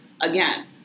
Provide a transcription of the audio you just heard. again